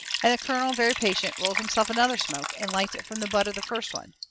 and the colonel, very patient, rolls himself another smoke and lights it from the butt of the first one.